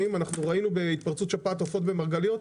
אנחנו ראינו בהתפרצות שפעת העופות במרגליות,